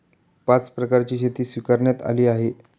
पाच प्रकारची शेती स्वीकारण्यात आली आहे